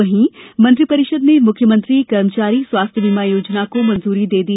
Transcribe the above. वहीं मंत्रिपरिषद ने मुख्यमंत्री कर्मचारी स्वास्थ्य बीमा योजना को मंजूरी दे दी